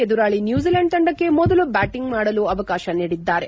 ಎದುರಾಳಿ ನ್ಲೂಜಿಲೆಂಡ್ ತಂಡಕ್ಕೆ ಮೊದಲು ಬ್ಡಾಟಿಂಗ್ ಮಾಡಲು ಅವಕಾಶ ನೀಡಿದ್ದಾರೆ